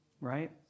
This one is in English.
right